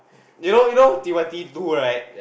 you know you know Timothy too right